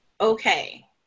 okay